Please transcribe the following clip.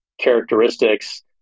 characteristics